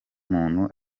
muntu